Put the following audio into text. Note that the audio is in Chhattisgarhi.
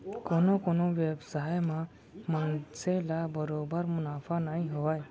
कोनो कोनो बेवसाय म मनसे ल बरोबर मुनाफा नइ होवय